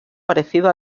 parecido